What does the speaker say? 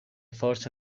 forse